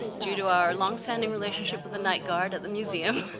due to our longstanding relationship with the night guard at the museum,